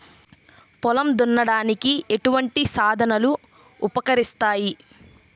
పొలం దున్నడానికి ఎటువంటి సాధనలు ఉపకరిస్తాయి?